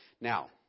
Now